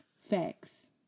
Facts